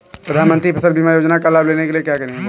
प्रधानमंत्री फसल बीमा योजना का लाभ लेने के लिए क्या करें?